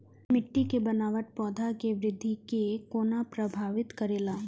मिट्टी के बनावट पौधा के वृद्धि के कोना प्रभावित करेला?